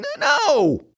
No